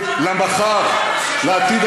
במקום להרגיע,